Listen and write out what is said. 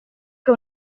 che